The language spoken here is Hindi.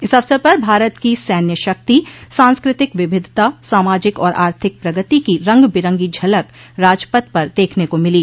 इस अवसर पर भारत की सैन्यं शक्ति सांस्कृतिक विविधता सामाजिक और आर्थिक प्रगति की रंग बिरंगी झलक राजपथ पर देखने को मिली